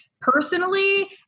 personally